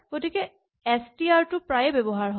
গতিকে এচটিআৰ টো প্ৰায়ে ব্যৱহাৰ হয়